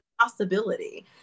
possibility